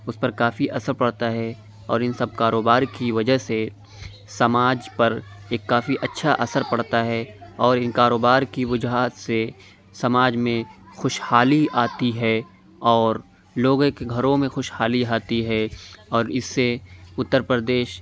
اس پر کافی اثر پڑتا ہے اور ان سب کاروبار کی وجہ سے سماج پر ایک کافی اچھا اثر پڑتا ہے اور ان کاروبار کی وجوہات سے سماج میں خوشحالی آتی ہے اور لوگوں کے گھروں میں خوشحالی آتی ہے اور اس سے اتر پردیش